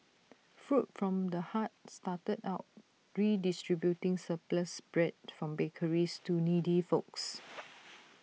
food from the heart started out redistributing surplus bread from bakeries to needy folks